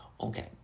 Okay